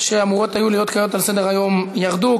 שאמורות היו להיות כעת על סדר-היום ירדו,